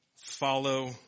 Follow